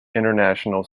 international